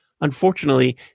Unfortunately